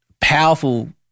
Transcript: powerful